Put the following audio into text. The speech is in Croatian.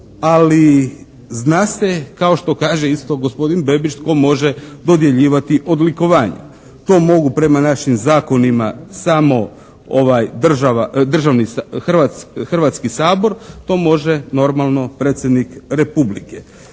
ali zna se kao što kaže isto gospodin Bebić tko može dodjeljivati odlikovanja? To mogu prema našim zakonima samo državni, Hrvatski sabor. To može normalno predsjednik Republike.